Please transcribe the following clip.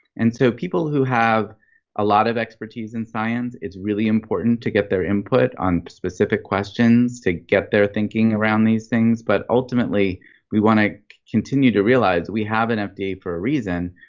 and so people who have a lot of expertise in science, it's really important to get their input on specific questions to get their thinking around these things. but ultimately we want to continue to realize we have an fda for a reason.